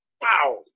Wow